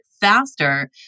faster